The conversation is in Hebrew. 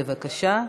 בבקשה.